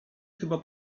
chyba